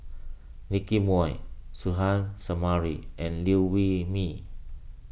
Nicky Moey Suzairhe Sumari and Liew Wee Mee